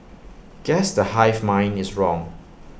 guess the hive mind is wrong